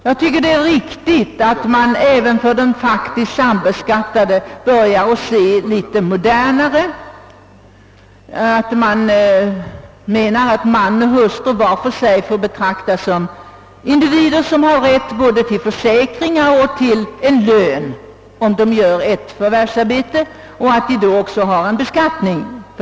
Jag tycker det är riktigt att man även beträffande denna grupp anlägger en något modernare syn och betraktar man och hustru var för sig som individer med rätt till både försäkringar och lön, om de utför förvärvsarbete. Då måste båda naturligtvis också beskattas.